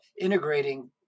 integrating